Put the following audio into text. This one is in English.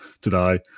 today